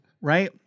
right